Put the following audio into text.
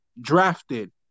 drafted